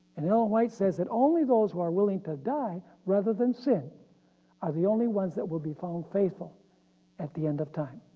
and ellen white says that only those who are willing to die rather than sin are the only ones that will be faithful at the end of time.